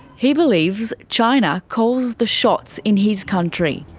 he believes china calls the shots in his country.